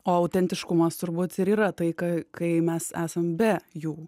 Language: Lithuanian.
o autentiškumas turbūt ir yra tai ką kai mes esam be jų